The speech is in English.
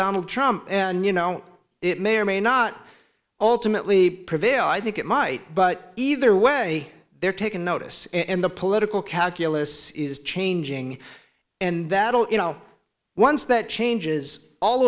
donald trump and you know it may or may not alternately prevail i think it might but either way they're taking notice and the political calculus is changing and that'll you know once that changes all